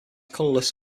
colourless